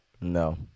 No